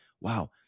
Wow